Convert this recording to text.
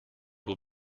will